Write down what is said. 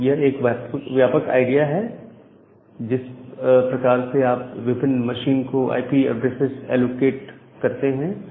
तो यह एक व्यापक आईडिया है जिस प्रकार से आप विभिन्न मशीन को आईपी ऐड्रेसेस एलोकेट करते हैं